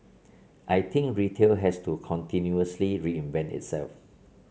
I think retail has to continuously reinvent itself